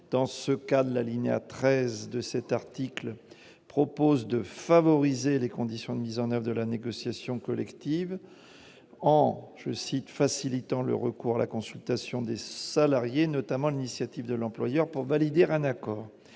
Dans ce cadre, l'alinéa 13 de cet article propose de favoriser les conditions de mise en oeuvre de la négociation collective en « facilitant le recours à la consultation des salariés, notamment à l'initiative de l'employeur, pour valider un accord ».